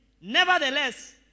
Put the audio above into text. Nevertheless